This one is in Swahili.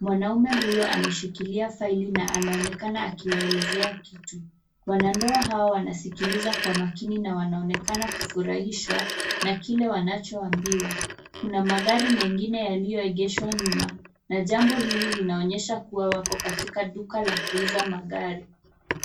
Mwanamume huyo ameshikilia faili na anaonekana akiwaelezea kitu. Wanandoa hao wanasikiliza kwa makini na wanaonekana kufurahishwa na kile wanachoambiwa. Kuna magari mengine yaliyoegeshwa nyuma na jambo hili linaonyesha kuwa wako katika duka la kuuza magari.